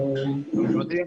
בבקשה.